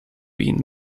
been